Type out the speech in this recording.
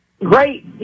Great